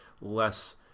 less